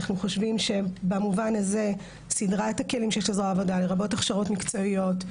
אנחנו חושבים שבמובן הזה סדרת הכלים הרבה יותר הכשרות מקצועיות,